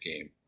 game